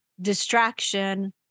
distraction